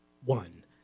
one